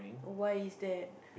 why is that